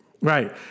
Right